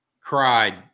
cried